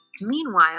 Meanwhile